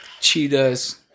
cheetahs